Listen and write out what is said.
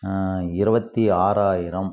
இருபத்தி ஆறாயிரம்